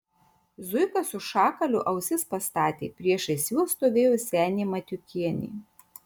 zuika su šakaliu ausis pastatė priešais juos stovėjo senė matiukienė